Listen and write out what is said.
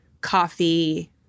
coffee